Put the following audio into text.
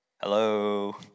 hello